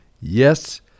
Yes